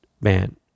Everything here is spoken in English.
man